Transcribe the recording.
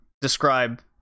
describe